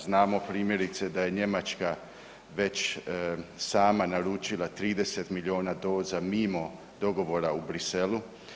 Znamo primjerice da je Njemačka već sama naručila 30 milijuna doza mimo dogovora u Bruxellesu.